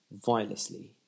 wirelessly